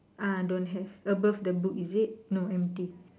ah don't have above the book is it no empty